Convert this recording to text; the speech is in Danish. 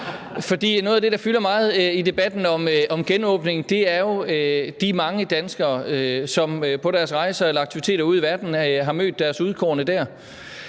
Noget af det, der fylder meget i debatten om genåbning, er de mange danskere, som på deres rejser eller aktiviteter ude i verden har mødt deres udkårne der,